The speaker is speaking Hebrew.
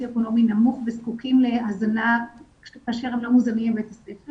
אקונומי נמוך וזקוקים להזנה כאשר הם לא מוזנים בבית הספר,